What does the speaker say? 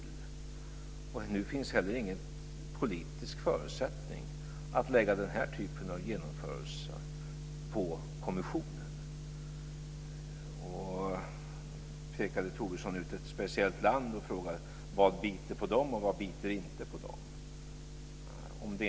Nu finns det inte heller någon politisk förutsättning för att lägga den här typen av genomförande på kommission. Tobisson pekade ut ett speciellt land och frågade: Vad biter på det, och vad biter inte på det?